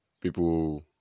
people